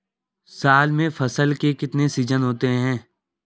साल में फसल के कितने सीजन होते हैं?